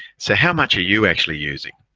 so how much you actually using?